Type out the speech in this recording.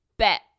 Bet